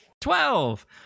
Twelve